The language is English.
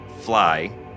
Fly